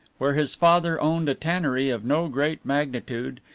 where his father owned a tannery of no great magnitude,